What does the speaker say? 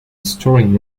storing